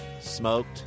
smoked